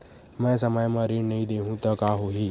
मैं समय म ऋण नहीं देहु त का होही